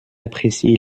apprécie